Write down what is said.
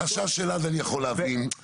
את החשש שלה אני יכול להבין,